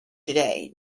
today